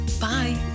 Bye